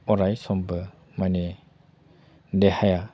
अराय समबो माने देहाया